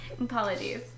Apologies